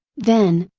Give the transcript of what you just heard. then,